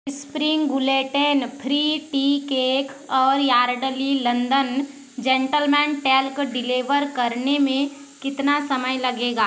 spring gluten free tea cake और Yardley London gentleman talc deliver करने में कितना समय लगेगा